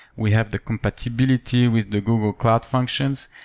we have the compatibility with the google cloud functions.